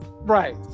Right